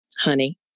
honey